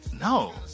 No